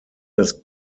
das